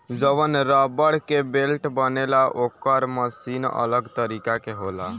जवन रबड़ के बेल्ट बनेला ओकर मशीन अलग तरीका के होला